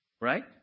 right